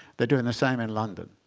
they're doing the same in london.